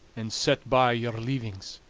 and set by your leavings.